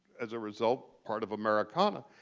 as a result part of americana,